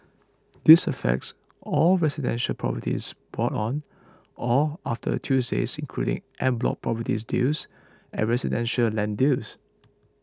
this affects all residential properties bought on or after Tuesday including en bloc properties deals and residential land deals